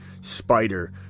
Spider